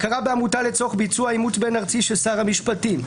הכרה בעמותה לצורך ביצוע עימות בין ארצי של שר המשפטים.